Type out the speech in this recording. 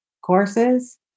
courses